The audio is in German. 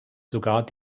sogar